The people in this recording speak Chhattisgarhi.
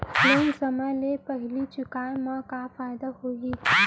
लोन समय ले पहिली चुकाए मा का फायदा होही?